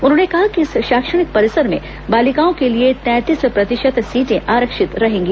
उन्होंने कहा कि इस शैक्षणिक परिसर में बालिकाओं के लिए तैंतीस प्रतिशत सीटें आरक्षित रहेंगी